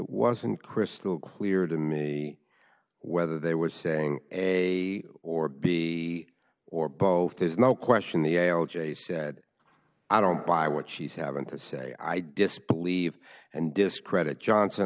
wasn't crystal clear to me whether they were saying a or b or both there's no question the l j said i don't buy what she's having to say i disbelieve and discredit johnson